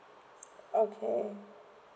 okay